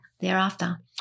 thereafter